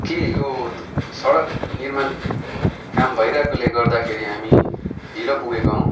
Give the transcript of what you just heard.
के यो सडक निर्माण काम भइरहेकोले गर्दाखेरि हामी ढिलो पुगेका हौँ